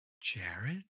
Jared